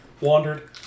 Wandered